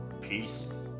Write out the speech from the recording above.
Peace